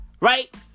right